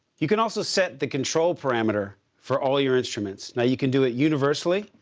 you can also set the control parameter for all your instruments. now you can do it universally.